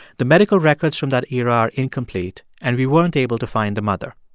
the medical records from that era are incomplete, and we weren't able to find the mother.